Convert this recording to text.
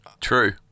True